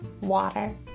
water